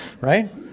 Right